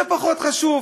זה פחות חשוב.